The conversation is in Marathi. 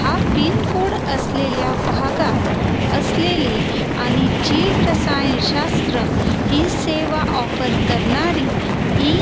हा पिनकोड असलेल्या भागात असलेली आणि जीवरसायनशास्त्र ही सेवा ऑफर करणारी ई